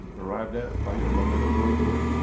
arrived at by your method of going to work.